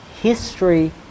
history